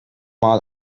mal